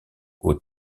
aux